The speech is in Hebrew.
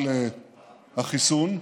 על החיסון,